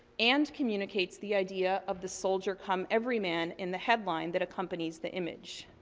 and communicates the idea of the soldier cum everyman in the headline that accompanies the image.